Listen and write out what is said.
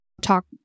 talk